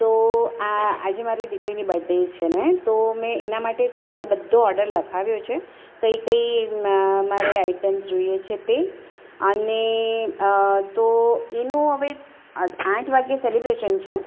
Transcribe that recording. તો આ આજે મારી દીકરીની બડ્ડે છે તો મેં એના માટે સવારે બધો ઓડર લખાવ્યો છે કઈ કઈ મારે આઈટમ્સ જોઈએ છે તે અને તો એનું હવે આઠ વાગે સેલિબ્રેશન છે